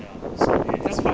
ya so it is